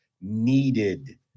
needed